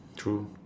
true